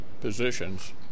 positions